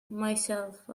myself